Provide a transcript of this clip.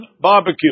Barbecue